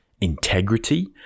integrity